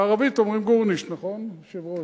בערבית אומרים גורנישט, נכון, היושב-ראש?